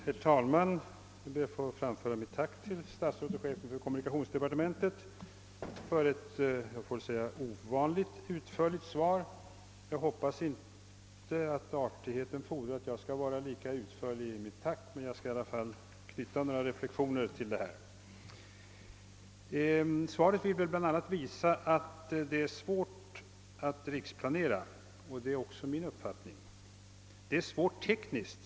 Herr talman! Jag ber att få framföra mitt tack till statsrådet och chefen för kommunikationsdepartementet för ett ovanligt utförligt svar. Jag hoppas att artigheten inte fordrar att jag skall bli lika utförlig i mitt tack, men jag skall i varje fall knyta några reflexioner till det anförda. Svaret vill bl.a. visa att det är svårt att riksplanera, och det är också min uppfattning. Det är svårt rent tekniskt.